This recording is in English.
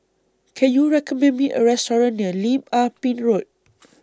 Can YOU recommend Me A Restaurant near Lim Ah Pin Road